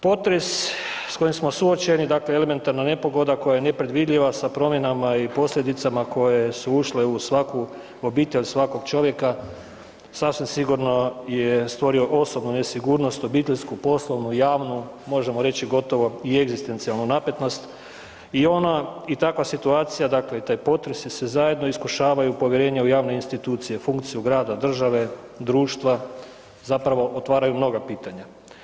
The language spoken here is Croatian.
Potres s kojim smo suočeni, elementarna nepogoda koja je nepredvidljiva sa promjenama i posljedicama koje su ušle u svaku obitelj, svakog čovjeka sasvim sigurno je stvorio osobnu nesigurnost obiteljsku, poslovnu, javnu, možemo reći gotovo i egzistencijalnu napetost i takva situacija i taj potres zajedno iskušavaju povjerenje u javne institucije, funkciju grada, države, društva zapravo otvaraju mnoga pitanja.